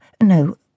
No